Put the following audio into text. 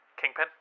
kingpin